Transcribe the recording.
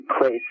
place